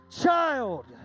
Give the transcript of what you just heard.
child